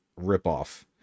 ripoff